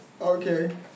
Okay